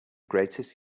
greatest